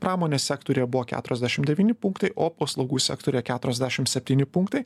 pramonės sektoriuje buvo keturiasdešim devyni punktai o paslaugų sektoriuje keturiasdešim septyni punktai